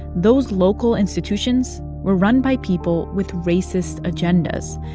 those local institutions were run by people with racist agendas.